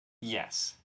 Yes